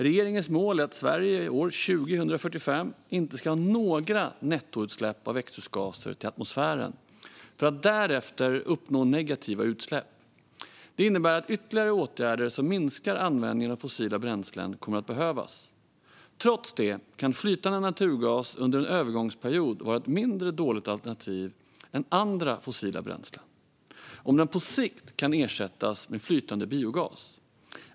Regeringens mål är att Sverige år 2045 inte ska ha några nettoutsläpp av växthusgaser till atmosfären för att därefter uppnå negativa utsläpp. Det innebär att ytterligare åtgärder som minskar användningen av fossila bränslen kommer att behövas. Trots det kan flytande naturgas under en övergångsperiod vara ett mindre dåligt alternativ än andra fossila bränslen om den på sikt kan ersättas med flytande biogas.